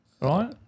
right